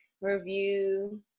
review